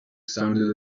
sounded